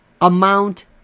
amount